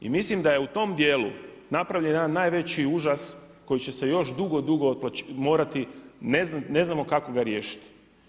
I mislim da je u tom dijelu napravljen jedan najveći užas koji će se još dugo, dugo otplaćivati, morati, ne znamo kako ga riješiti.